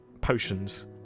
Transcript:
potions